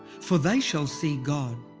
for they shall see god.